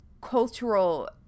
cultural